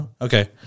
Okay